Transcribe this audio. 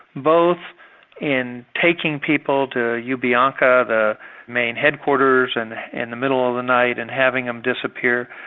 both in taking people to lubyanka, the main headquarters, and in the middle of the night and having them disappear,